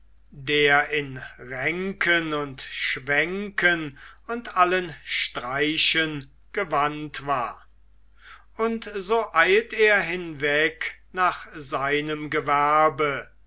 der in ränken und schwänken und allen streichen gewandt war und so eilt er hinweg nach seinem gewerbe